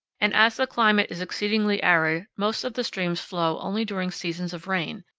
and as the climate is exceedingly arid most of the streams flow only during seasons of rain,